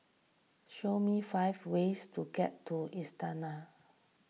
show me five ways to get to Astana